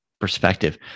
perspective